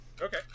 Okay